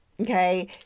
okay